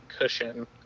cushion